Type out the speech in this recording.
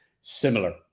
similar